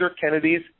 Kennedy's